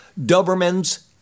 Dobermans